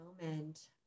moment